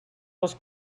les